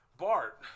Bart